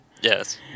Yes